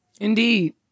Indeed